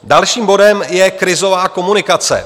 Dalším bodem je krizová komunikace.